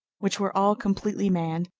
which were all completely manned,